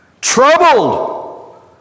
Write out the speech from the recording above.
troubled